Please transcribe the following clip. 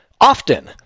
often